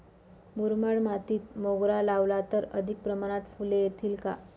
मुरमाड मातीत मोगरा लावला तर अधिक प्रमाणात फूले येतील का?